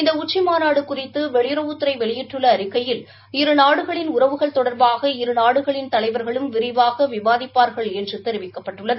இந்த உச்சிமாநாடு குறிதது வெறியுறவுத்துறை வெளியிட்டுள்ள அறிக்கையில் இருநாடுகளின் உறவுகள் தொடர்பாக இருநாடுகளின் தலைவர்களும் விரிவாக விவாதிப்பார்கள் என்று தெரிவிக்கப்பட்டுள்ளது